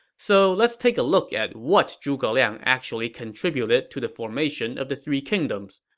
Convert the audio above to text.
so let's take a look at what zhuge liang actually contributed to the formation of the three kingdoms.